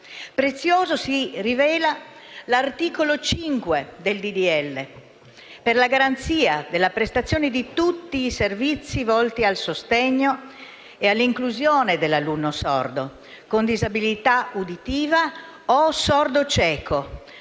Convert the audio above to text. Prezioso si rivela l'articolo 5 del disegno di legge per la garanzia della prestazione di tutti i servizi volti al sostegno e all'inclusione dell'alunno sordo con disabilità uditiva o sordo-cieco,